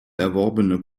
erworbene